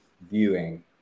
viewing